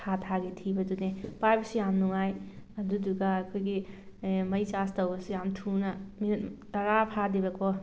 ꯊꯥ ꯊꯥꯒꯤ ꯊꯤꯕꯗꯨꯅꯦ ꯄꯥꯏꯕꯁꯨ ꯌꯥꯝ ꯅꯨꯡꯉꯥꯏ ꯑꯗꯨꯗꯨꯒ ꯑꯩꯈꯣꯏꯒꯤ ꯃꯩ ꯆꯥꯔꯖ ꯇꯧꯕꯁꯨ ꯌꯥꯝ ꯊꯨꯅ ꯃꯤꯅꯠ ꯇꯔꯥ ꯐꯥꯗꯦꯕꯀꯣ